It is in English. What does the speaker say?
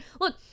Look